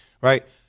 right